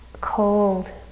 cold